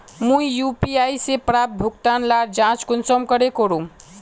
मुई यु.पी.आई से प्राप्त भुगतान लार जाँच कुंसम करे करूम?